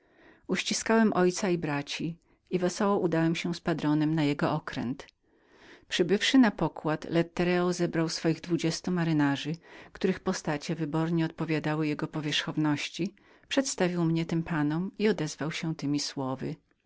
uściskałem ojca i braci i wesoło udałem się z patronem na jego okręt przybywszy na pokład lettereo zebrał swoich dwudziestu majtków których postacie wybornie odpowiadały jego powierzchowności przedstawił mnie tym panom i odezwał się temi słowy